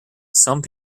some